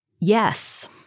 Yes